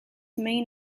main